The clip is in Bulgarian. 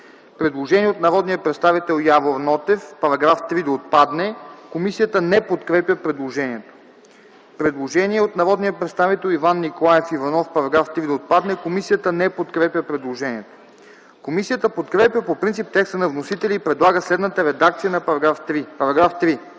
Предложение от народния представител Явор Нотев -§ 3 да отпадне. Комисията не подкрепя предложението. Предложение от народния представител Иван Николаев Иванов -§ 3 да отпадне. Комисията не подкрепя предложението. Комисията подкрепя по принцип текста на вносителя и предлага следната редакция на § 3: „§ 3.